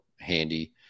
handy